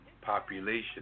population